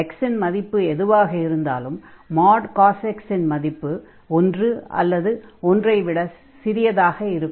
x இன் மதிப்பு எதுவாக இருந்தாலும் cos x இன் மதிப்பு ஒன்று அல்லது ஒன்றை விடச் சிறியதாக இருக்கும்